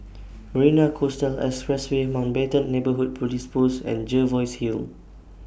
Marina Coastal Expressway Mountbatten Neighbourhood Police Post and Jervois Hill